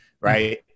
right